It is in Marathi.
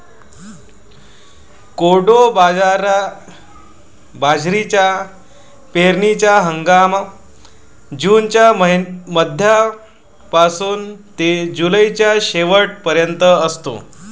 कोडो बाजरीचा पेरणीचा हंगाम जूनच्या मध्यापासून ते जुलैच्या शेवट पर्यंत असतो